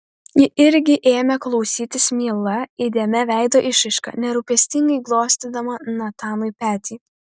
ji irgi ėmė klausytis miela įdėmia veido išraiška nerūpestingai glostydama natanui petį